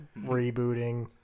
Rebooting